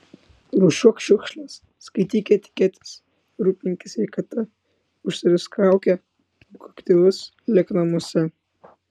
rūšiuok šiukšles skaityk etiketes rūpinkis sveikata užsirišk kaukę būk aktyvus ir lik namuose